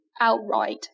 outright